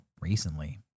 recently